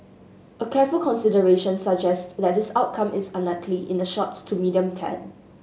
a careful consideration suggests that this outcome is unlikely in the short to medium term